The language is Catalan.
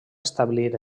establir